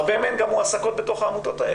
הרבה מהן גם מועסקות בתוך העמותות האלה.